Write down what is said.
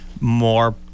more